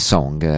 Song